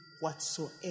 whatsoever